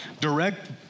Direct